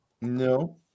No